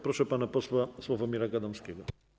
Proszę pana posła Sławomira Gadomskiego.